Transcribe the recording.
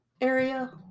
area